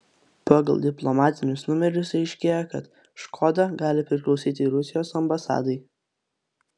pagal diplomatinius numerius aiškėja kad škoda gali priklausyti rusijos ambasadai